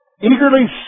eagerly